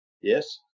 Yes